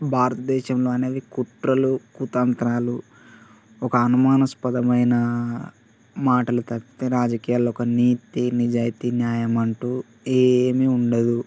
భారత దేశంలో అనేవి కుట్రలు కుతంత్రాలు ఒక అనుమానాస్పదమైన మాటలు తప్పితే రాజకీయాలలో ఒక నీతి నిజాయితీ న్యాయం అంటూ ఏమీ ఉండదు